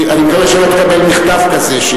אני מקווה שלא תקבל מכתב כזה.